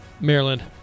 Maryland